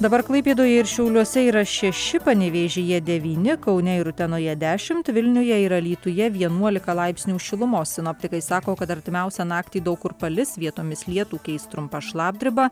dabar klaipėdoje ir šiauliuose yra šeši panevėžyje devyni kaune ir utenoje dešimt vilniuje ir alytuje vienuolika laipsnių šilumos sinoptikai sako kad artimiausią naktį daug kur palis vietomis lietų keis trumpa šlapdriba